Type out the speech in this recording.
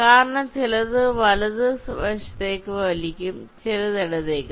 കാരണം ചിലത് വലതു വശത്തേക്ക് വലിക്കും ചിലത് ഇടത്തേക്കും